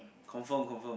confirm confirm